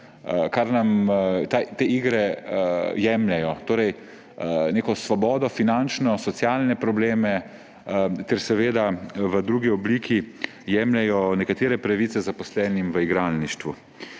kar nam te igre jemljejo. Torej neko finančno svobodo, socialne probleme ter seveda v drugi obliki jemljejo nekatere pravice zaposlenim v igralništvu.